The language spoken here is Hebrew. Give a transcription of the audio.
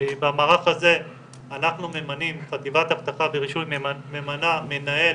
במערך הזה חטיבת אבטחה ברישוי ממנה מנהל